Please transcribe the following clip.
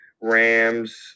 Rams –